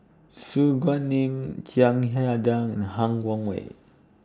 Su Guaning Chiang Hai Ding and Han Guangwei